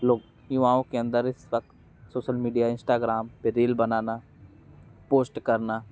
लोग युवाओं के अंदर इस वक्त सोसल मीडिया इंस्टाग्राम पे रील बनाना पोस्ट करना